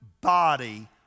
body